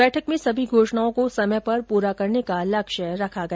बैठक में सभी घोषणाओं को समय पर पुरा करने का लक्ष्य रखा गया